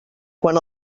quan